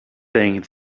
thing